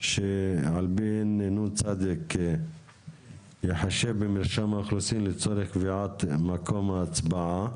שעל פי נ.צ ייחשב במרשם האוכלוסין לצורך קביעת מקום ההצבעה